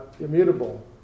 immutable